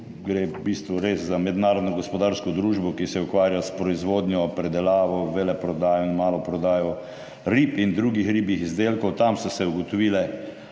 gre v bistvu res za mednarodno gospodarsko družbo, ki se ukvarja s proizvodnjo, predelavo, veleprodajo in maloprodajo rib in drugih ribjih izdelkov. Tam so se ugotovile